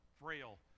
frail